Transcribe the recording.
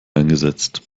eingesetzt